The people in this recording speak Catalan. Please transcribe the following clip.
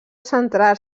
centrar